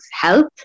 health